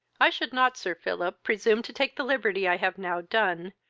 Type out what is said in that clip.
i should not, sir philip, presume to take the liberty i have now done,